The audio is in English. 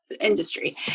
industry